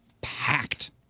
packed